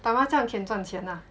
打麻将 can 赚钱 ah